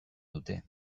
dute